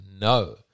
No